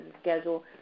schedule